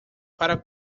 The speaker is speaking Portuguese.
para